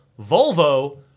Volvo